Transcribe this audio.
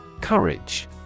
Courage